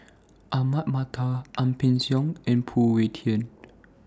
Ahmad Mattar Ang Peng Siong and Phoon Yew Tien